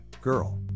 girl